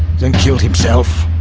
then killed himself.